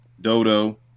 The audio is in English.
Dodo